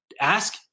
ask